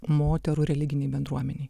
moterų religinėj bendruomenėj